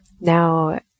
Now